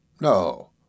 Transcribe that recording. No